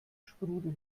sprudel